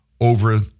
over